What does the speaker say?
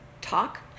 talk